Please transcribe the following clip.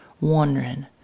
wondering